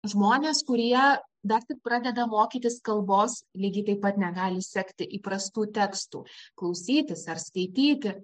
žmonės kurie dar tik pradeda mokytis kalbos lygiai taip pat negali sekti įprastų tekstų klausytis ar skaityti